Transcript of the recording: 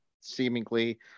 seemingly